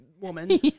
woman